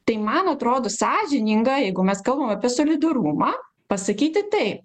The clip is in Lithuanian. tai man atrodo sąžininga jeigu mes kalbam apie solidarumą pasakyti taip